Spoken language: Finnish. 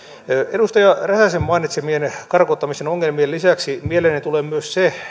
edustaja räsäsen mainitsemien karkottamisen ongelmien lisäksi mieleeni tulee myös